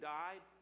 died